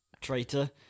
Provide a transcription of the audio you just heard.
Traitor